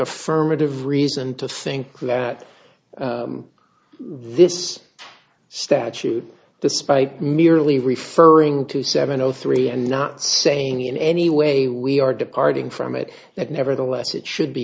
affirmative reason to think that this statute despite merely referring to seven o three and not saying in any way we are departing from it that nevertheless it should be